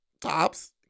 tops